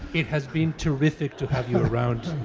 it has been terrific to have you around.